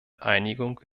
einigung